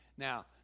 Now